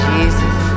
Jesus